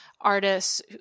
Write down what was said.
artists